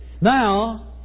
now